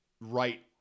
right